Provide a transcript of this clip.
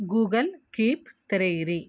Google Keep ತೆರೆಯಿರಿ